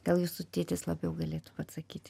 gal jūsų tėtis labiau galėtų atsakyti